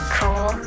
cool